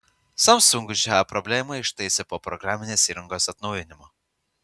samsung šią problemą ištaisė po programinės įrangos atnaujinimo